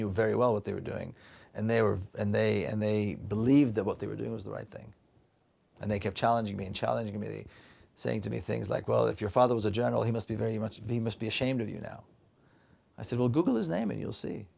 knew very well what they were doing and they were and they and they believed that what they were doing was the right thing and they kept challenging me and challenging me saying to me things like well if your father was a general he must be very much he must be ashamed of you know i said will google his name and you'll see